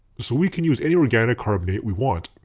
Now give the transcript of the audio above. so we can use any organic carbonate we want.